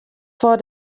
vor